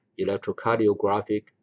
electrocardiographic